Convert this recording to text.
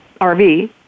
rv